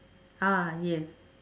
ah yes